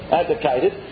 advocated